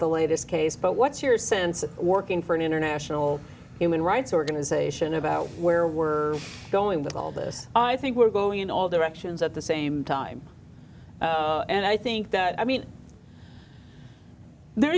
the latest case but what's your sense of working for an international human rights organization about where we're going with all this i think we're going in all directions at the same time and i think that i mean there